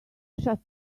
shut